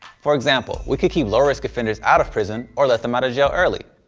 for example, we could keep low risk offenders out of prison or let them out of jail earlier.